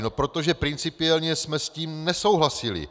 No protože principiálně jsme s tím nesouhlasili.